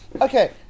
Okay